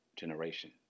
generation